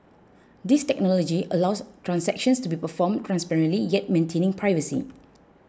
this technology allows transactions to be performed transparently yet maintaining privacy